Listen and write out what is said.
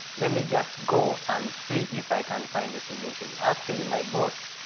let me just go and see if i can find a solution. actually my boss,